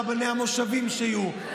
רבני המושבים שיהיו,